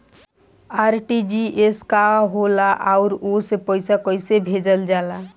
RTGS का होला आउरओ से पईसा कइसे भेजल जला?